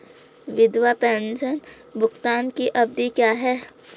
विधवा पेंशन भुगतान की अवधि क्या है?